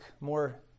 more